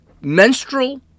menstrual